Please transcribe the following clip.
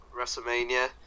WrestleMania